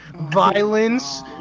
violence